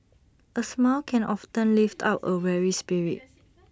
A smile can often lift up A weary spirit